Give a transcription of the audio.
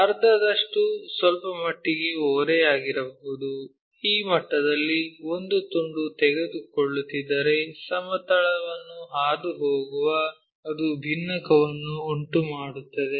ಅರ್ಧದಷ್ಟು ಸ್ವಲ್ಪಮಟ್ಟಿಗೆ ಓರೆಯಾಗಿರಬಹುದು ಈ ಮಟ್ಟದಲ್ಲಿ ಒಂದು ತುಂಡು ತೆಗೆದುಕೊಳ್ಳುತ್ತಿದ್ದರೆ ಸಮತಲವನ್ನು ಹಾದುಹೋಗುವಾಗ ಅದು ಭಿನ್ನಕವನ್ನು ಉಂಟುಮಾಡುತ್ತದೆ